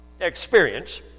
experience